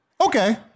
Okay